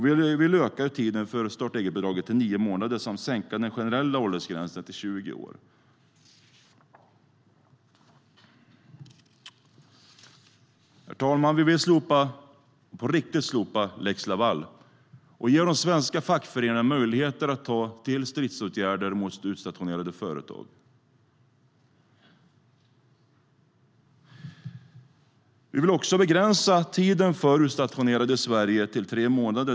Vi vill öka tiden för start-eget-bidraget till nio månader samt sänka den generella åldersgränsen till 20 år. Herr talman! Vi vill slopa lex Laval på riktigt och ge de svenska fackföreningarna möjlighet att ta till stridsåtgärder mot utstationerade företag. Vi vill också begränsa tiden för utstationerade i Sverige till tre månader.